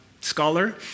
scholar